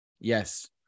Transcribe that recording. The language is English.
Yes